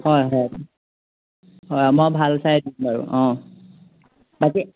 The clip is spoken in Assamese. হয় হয় হয় মই ভাল চাই দিম বাৰু অঁ বাকী